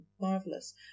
marvelous